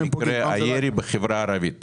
עדיין יש הרבה מה לתקן שם.